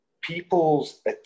People's